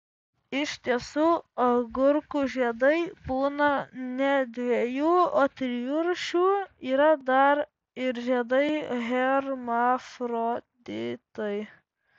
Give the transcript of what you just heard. iš tiesų agurkų žiedai būna ne dviejų o trijų rūšių yra dar ir žiedai hermafroditai